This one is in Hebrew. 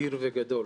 אדיר וגדול,